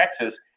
Texas